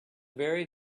very